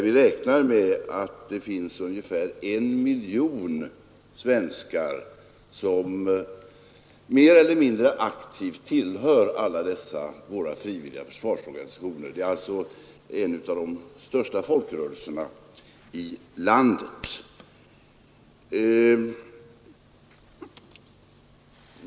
Vi räknar med att det finns en miljon svenskar som mer eller mindre aktivt tillhör frivilliga försvarsorganisationer, alltså en av de största folkrörelserna i landet.